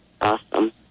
Awesome